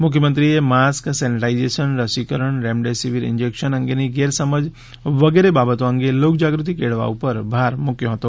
મુખ્યમંત્રીએ mask sanitization રસીકરણ remdesivir injection અંગેની ગેરસમજ વગેરે બાબતો અંગે લોક જાગૃતિ કેળવવા ઉપર ભાર મૂક્યો હતો